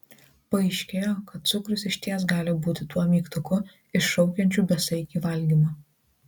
paaiškėjo kad cukrus išties gali būti tuo mygtuku iššaukiančiu besaikį valgymą